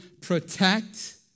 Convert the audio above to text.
protect